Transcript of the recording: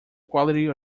quality